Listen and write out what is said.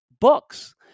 books